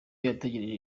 ategereje